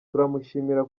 turamushimira